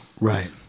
Right